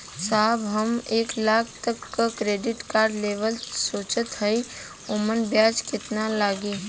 साहब हम एक लाख तक क क्रेडिट कार्ड लेवल सोचत हई ओमन ब्याज कितना लागि?